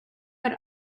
had